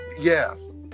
Yes